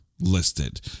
listed